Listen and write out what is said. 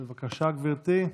בבקשה, גברתי,